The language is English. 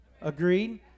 Agreed